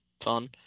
fun